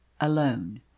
alone